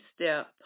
step